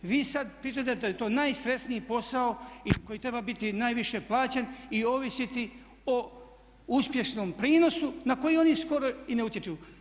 Vi sada pričate da je to najstresniji posao i koji treba biti najviše plaćen i ovisiti o uspješnom prinosu na koji oni skoro i ne utječu.